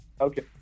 Okay